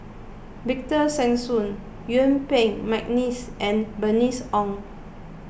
Victor Sassoon Yuen Peng McNeice and Bernice Ong